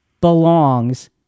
belongs